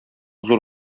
зур